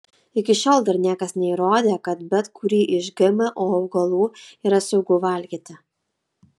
iki šiol dar niekas neįrodė kad bet kurį iš gmo augalų yra saugu valgyti